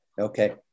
okay